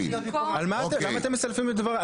למה אתם מסלפים את דבריי?